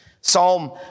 Psalm